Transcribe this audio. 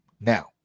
now